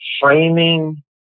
framing